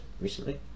recently